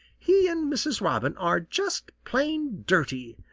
he and mrs. robin are just plain dirty.